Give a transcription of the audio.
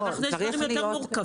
יש דברים יותר מורכבים.